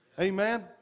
Amen